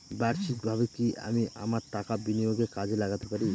বার্ষিকভাবে কি আমি আমার টাকা বিনিয়োগে কাজে লাগাতে পারি?